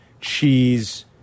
cheese